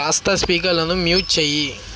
కాస్త స్పీకర్లను మ్యూట్ చేయి